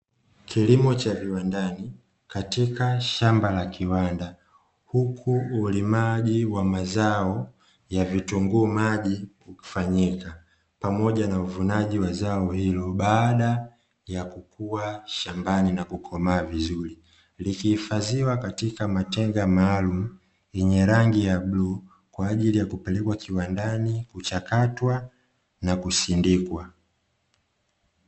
Kilimo cha viwandani katika shamba la kiwanda huku ulimaji wa mazao ya vitunguu maji ukifanyika pamoja na uvunaji wa zao hilo baada ya kukua shambani na kukomaa vizuri, likihifadhiwa katika matenga maalumu yenye rangi ya bluu kwa ajili ya kupelekwa kiwandani kuchakatwa na kusindikwa.